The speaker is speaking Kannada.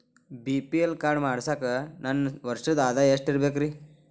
ಬಿ.ಪಿ.ಎಲ್ ಕಾರ್ಡ್ ಮಾಡ್ಸಾಕ ನನ್ನ ವರ್ಷದ್ ಆದಾಯ ಎಷ್ಟ ಇರಬೇಕ್ರಿ?